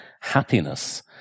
happiness